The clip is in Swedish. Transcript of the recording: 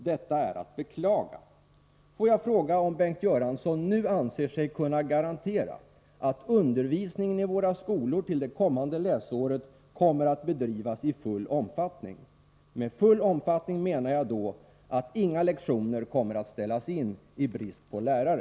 Detta är att beklaga. Får jag fråga om Bengt Göransson nu anser sig kunna garantera att undervisningen i våra skolor under det kommande läsåret kommer att bedrivas i full omfattning? Med full omfattning menar jag att inga lektioner kommer att ställas in i brist på lärare.